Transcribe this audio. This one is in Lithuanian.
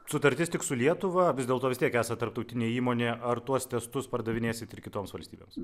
sutartis tik su lietuva vis dėlto vis tiek esat tarptautinė įmonė ar tuos testus pardavinėsit ir kitoms valstybėms